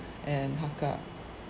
and hakka